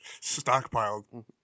Stockpiled